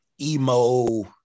emo